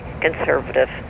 conservative